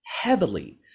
heavily